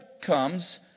comes